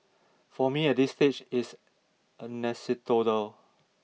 for me at this stage it's anecdotal